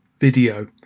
video